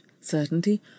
certainty